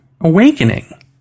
awakening